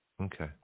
Okay